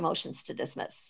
motions to dismiss